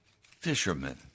fishermen